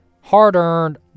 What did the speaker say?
hard-earned